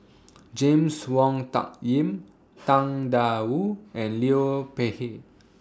James Wong Tuck Yim Tang DA Wu and Liu Peihe